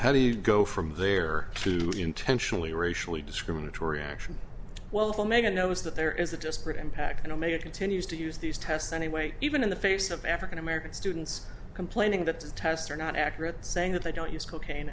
how do you go from there to intentionally racially discriminatory action well it'll make it knows that there is a disparate impact and omega continues to use these tests anyway even in the face of african american students complaining that the tests are not accurate saying that they don't use cocaine